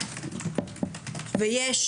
ויש